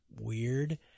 weird